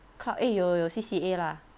club eh 有 C_C_A lah